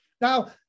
Now